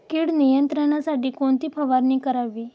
कीड नियंत्रणासाठी कोणती फवारणी करावी?